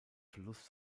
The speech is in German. verlust